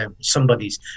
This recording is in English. somebody's